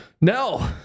No